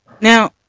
Now